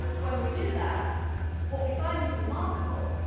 when we do that what we find is remarkable.